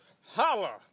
Holla